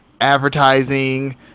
advertising